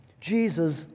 Jesus